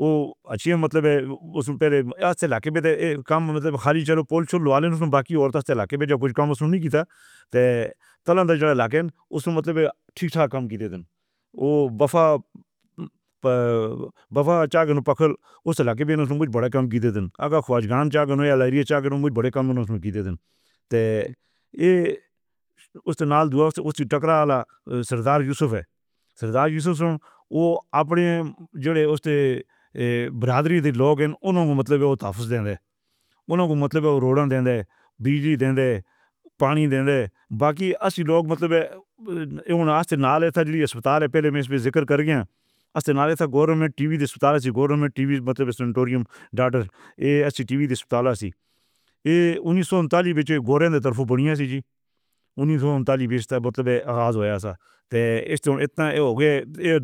وو اچیو مطلب ہے۔ اُس میں ٹھیک ٹھاک کام دی تھی وو بفا۔ اُس علاقے میں وڈے کم گیتے دین یے اُس ٹکرالا سردار یوسف ہے۔ سردار یوسف وو اپنے جوڑے اُس برادری دے لوگ ہے۔ اُن لوکاں کو مطلب روہن دے دے، ڈی جی دے دے، پانی دے دے، باقی اسی لوک مطلب نہا لیندا جی ہسپتال ہے پہلے میں اِس پے ذکر کر گیا ہے۔ گورنمنٹ ٹی وی دی ہسپتال سی۔ گورنمنٹ ٹی وی مطلب سینٹریئم daughter, S C T V دی ہسپتال سی،